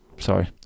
sorry